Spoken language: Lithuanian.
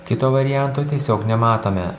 kito varianto tiesiog nematome